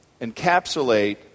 encapsulate